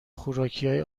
خوراکیهای